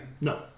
No